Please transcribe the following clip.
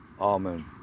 Amen